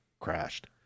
crashed